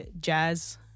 jazz